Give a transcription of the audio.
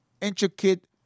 intricate